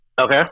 Okay